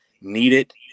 needed